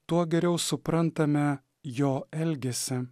tuo geriau suprantame jo elgesį